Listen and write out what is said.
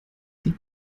die